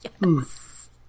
yes